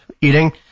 eating